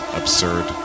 absurd